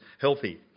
healthy